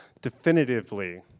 definitively